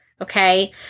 okay